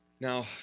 Now